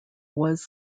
was